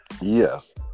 Yes